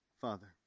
Father